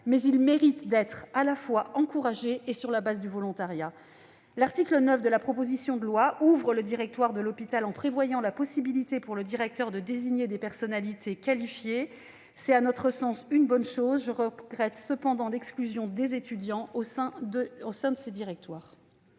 méritent d'être encouragés, sur la base du volontariat. L'article 9 de la proposition de loi ouvre le directoire de l'hôpital en prévoyant la possibilité pour le directeur de désigner des personnalités qualifiées. C'est à notre sens une bonne chose. Je regrette cependant l'exclusion des étudiants au sein de ce directoire.